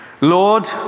Lord